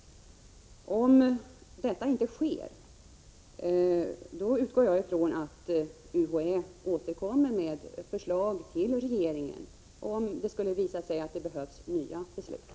Om så inte sker, och det skulle visa sig att det behövs nya beslut, utgår jag från att UHÄ återkommer till regeringen med ett förslag.